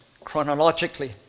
chronologically